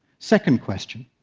second question